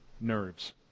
nerves